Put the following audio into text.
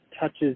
touches